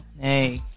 Hey